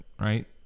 right